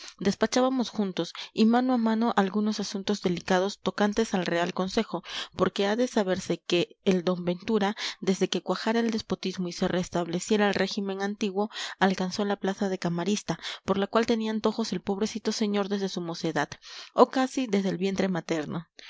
despachábamos juntos y mano a mano algunos asuntos delicados tocantes al real consejo porque ha de saberse que el d ventura desde que cuajara el despotismo y se restableciera el régimen antiguo alcanzó la plaza de camarista por la cual tenía antojos el pobrecito señor desde su mocedad o casi desde el vientre materno